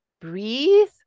Breathe